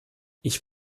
ich